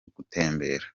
gutembera